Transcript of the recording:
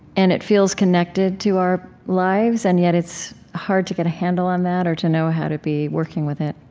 and it feels connected to our lives, and yet it's hard to get a handle on that or to know how to be working with it